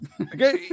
okay